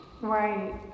Right